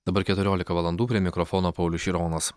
dabar keturiolika valandų prie mikrofono paulius šironas